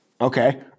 Okay